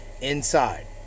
inside